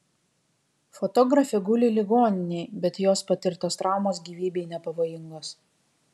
fotografė guli ligoninėje bet jos patirtos traumos gyvybei nepavojingos